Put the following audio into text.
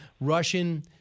Russian